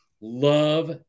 love